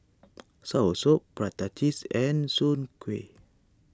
Soursop Prata Cheese and Soon Kuih